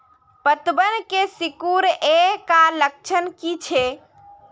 पतबन के सिकुड़ ऐ का लक्षण कीछै?